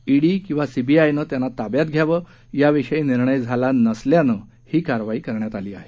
ED किंवा सीबीआयनं त्यांना ताब्यात घ्यावं याविषयी निर्णय झाला नसल्यानं ही कारवाई करण्यात आली आहे